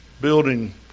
building